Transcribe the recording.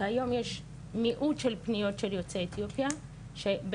כיום יש מיעוט של פניות של יוצאי אתיופיה שבעצם,